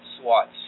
SWAT